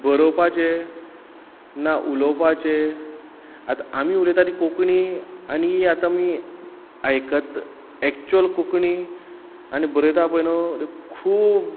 बरोवपाचें ना उलोवपाचें आत आमी उलयता ती कोंकणी आनी ई आत आमी आयकत एक्चुअल कोंकणी आनी बरयता पय न्हू तें खूब